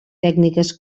tècniques